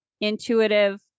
intuitive